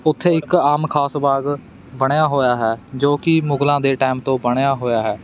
ਉੱਥੇ ਇੱਕ ਆਮ ਖ਼ਾਸ ਬਾਗ ਬਣਿਆ ਹੋਇਆ ਹੈ ਜੋ ਕਿ ਮੁਗਲਾਂ ਦੇ ਟਾਈਮ ਤੋਂ ਬਣਿਆ ਹੋਇਆ ਹੈ